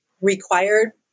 required